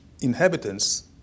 inhabitants